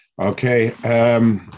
Okay